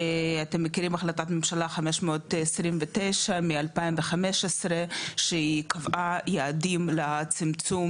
אתם מכירים החלטת ממשלה 529 מ- 2015 שהיא קבעה יעדים לצמצום,